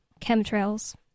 chemtrails